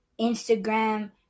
Instagram